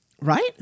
right